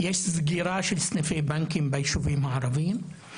יש סגירה של סניפי בנקים ביישובים הערביים,